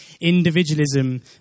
individualism